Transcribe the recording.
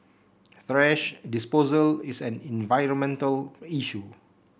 thrash disposal is an environmental issue